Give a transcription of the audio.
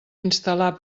instal·lar